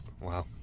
wow